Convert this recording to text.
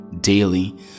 daily